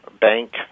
bank